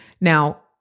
Now